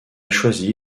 choisi